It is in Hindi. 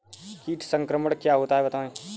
कीट संक्रमण क्या होता है बताएँ?